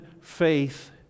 faith